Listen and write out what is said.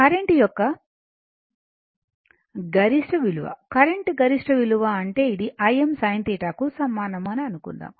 ఇది కరెంట్ యొక్క గరిష్ట విలువ కరెంట్ గరిష్ట విలువ అంటే ఇదిIm sin కు సమానం అని అనుకుందాం